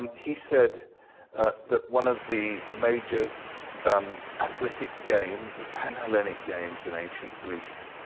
he said that one of the major um athletic games, the panhellenic games, in ancient greece,